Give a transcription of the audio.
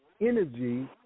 energy